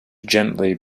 gently